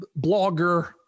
blogger